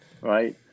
right